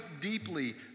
deeply